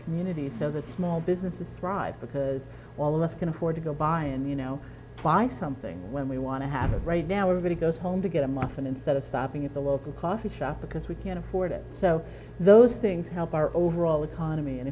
community says a small businesses thrive because all of us can afford to go buy and you know why something when we want to have it right now everybody goes home to get a muffin instead of stopping at the local coffee shop because we can't afford it so those things help our overall economy and